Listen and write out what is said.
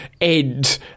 end